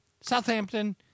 Southampton